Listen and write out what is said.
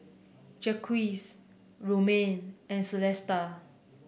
Jacquez Romaine and Celesta